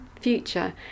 future